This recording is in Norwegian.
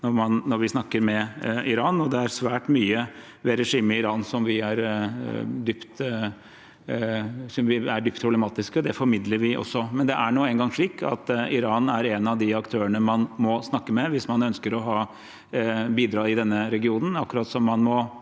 når vi snakker med Iran. Det er svært mye ved regimet i Iran som er dypt problematisk, og det formidler vi også. Men det er nå engang slik at Iran er en av de aktørene man må snakke med hvis man ønsker å bidra i denne regionen, akkurat som man må